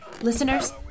Listeners